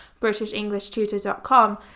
BritishEnglishTutor.com